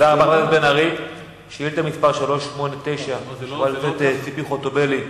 ביום י"ז בחשוון התש"ע (4 בנובמבר 2009):